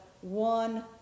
one